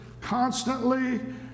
constantly